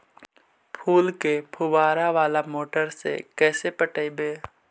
फूल के फुवारा बाला मोटर से कैसे पटइबै?